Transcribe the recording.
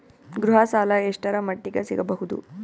ಗೃಹ ಸಾಲ ಎಷ್ಟರ ಮಟ್ಟಿಗ ಸಿಗಬಹುದು?